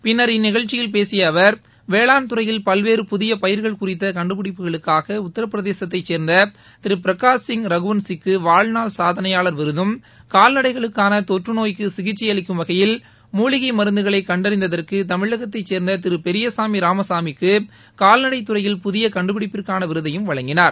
பின்னர் இந்நிகழ்ச்சியில் பேசிய அவர் வேளாண்துறையில் பல்வேறு புதிய பயிர்கள் குறித்த கண்டுபிடிப்புகளுக்காக உத்தரப்பிரதேசத்தை சேர்ந்த திரு பிரகாஷ் சிங் ரகுவன்சிக்கு வாழ்நாள் சாதனையாளர் விருதும் கால்நடைகளுக்கான தொற்றுநோய்க்கு சிகிச்சை அளிக்கும் வகையில் மூலிகை மருந்துகளை கண்டறிந்ததற்கு தமிழகத்தைச் சேர்ந்த பெரியசாமி ராமசாமிக்கு கால்நடை துறையில் புதிய கண்டுபிடிப்பிற்கான விருதையும் வழங்கினார்